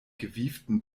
gewieften